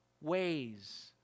ways